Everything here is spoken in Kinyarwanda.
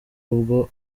ubwo